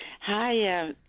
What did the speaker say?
Hi